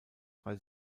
drei